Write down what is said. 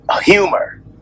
Humor